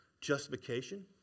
justification